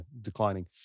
declining